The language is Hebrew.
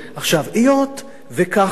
היות שכך התנהל,